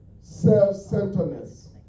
self-centeredness